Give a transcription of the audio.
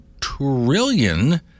trillion